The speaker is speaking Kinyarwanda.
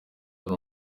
hano